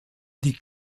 die